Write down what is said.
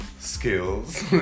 Skills